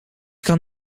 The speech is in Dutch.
kan